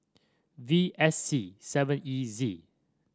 V S C seven E Z